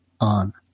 on